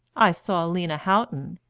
i saw lena houghton,